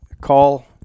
call